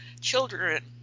children